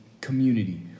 community